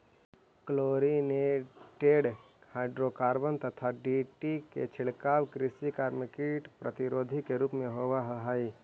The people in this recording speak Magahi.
क्लोरिनेटेड हाइड्रोकार्बन यथा डीडीटी के छिड़काव कृषि कार्य में कीट प्रतिरोधी के रूप में होवऽ हई